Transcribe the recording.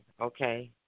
okay